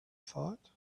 thought